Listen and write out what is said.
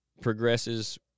progresses